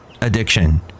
addiction